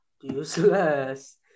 useless